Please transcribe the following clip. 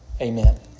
Amen